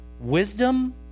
wisdom